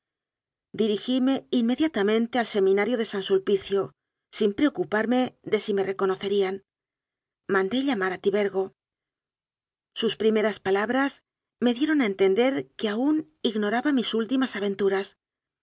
in mediatamente al seminario de san sulpicio sin preocuparme de si me reconocerían mandé llamar a tibergo sus primeras palabras me dieron a en tender que aún ignoraba mis últimas aventuras